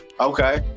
Okay